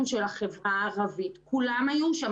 הסוציאליים של החברה הערבית וכולם היו שם.